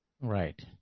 Right